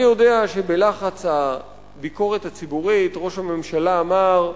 אני יודע שבלחץ הביקורת הציבורית ראש הממשלה אמר: